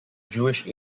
jewish